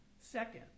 Second